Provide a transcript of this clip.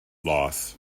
loss